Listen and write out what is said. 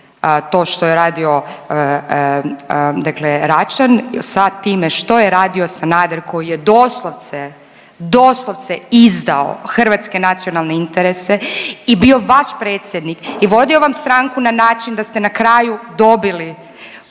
to što je radio dakle Račan sa time što je radio Sanader koji je doslovce, doslovce izdao hrvatske nacionalne interese i bio vaš predsjednik i vodio vam stranku na način da ste na kraju dobili